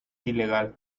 ilegal